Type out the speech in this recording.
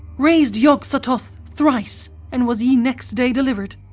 rais'd yog-sothoth thrice and was ye nexte day deliver'd.